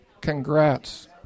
Congrats